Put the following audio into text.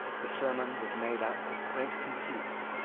the sermon was made up of quaint conceits,